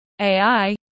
AI